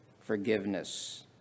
forgiveness